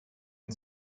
ihn